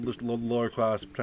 lower-class